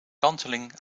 kanteling